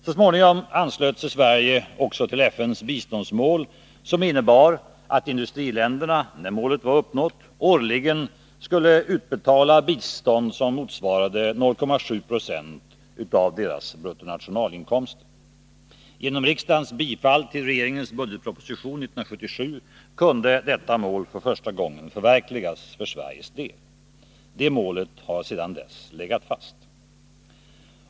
Så småningom anslöt sig Sverige också till FN:s biståndsmål, som innebar att industriländerna när målet var uppnått, årligen skulle utbetala bistånd som motsvarade 0,7 26 av deras bruttonationalinkomster. Genom riksdagens bifall till regeringens budgetproposition 1977 kunde detta mål för första gången förverkligas för Sveriges del. Det målet har sedan dess legat fast.